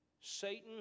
Satan